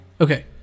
Okay